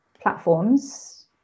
platforms